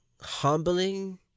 humbling